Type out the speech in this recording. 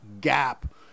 gap